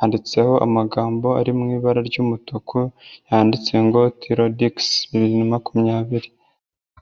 handitseho amagambo ari mu ibara ry'umutuku yanditse ngo tirodikisi bibiri na makumyabiri.